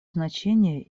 значение